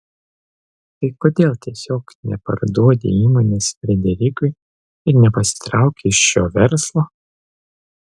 tai kodėl tiesiog neparduodi įmonės frederikui ir nepasitrauki iš šio verslo